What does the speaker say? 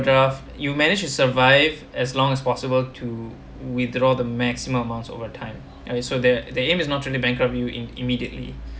draft you managed to survive as long as possible to withdraw the maximum amounts over time and so they're they aim is not truely bankrupt you im~ immediately